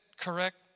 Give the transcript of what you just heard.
correct